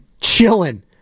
chilling